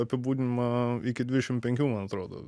apibūdinimą iki dvidešim penkių man atrodo